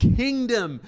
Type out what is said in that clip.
kingdom